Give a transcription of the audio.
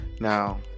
Now